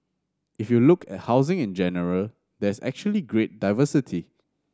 if you look at housing in general there's actually great diversity